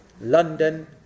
London